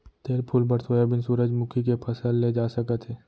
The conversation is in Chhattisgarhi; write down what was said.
तेल फूल बर सोयाबीन, सूरजमूखी के फसल ले जा सकत हे